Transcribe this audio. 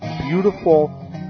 beautiful